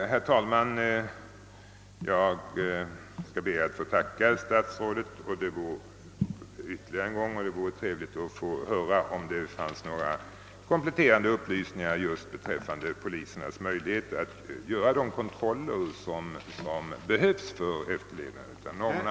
Herr talman! Jag skall be att få tacka herr statsrådet ännu en gång, och det vore trevligt att få höra om det finns några kompletterande upplysningar om polisernas möjligheter att göra de kontroller som behövs för efterlevandet av normerna.